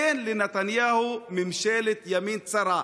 אין לנתניהו ממשלת ימין צרה.